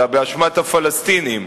אלא באשמת הפלסטינים,